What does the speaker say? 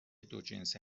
دوجنسه